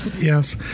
yes